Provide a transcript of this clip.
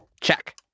Check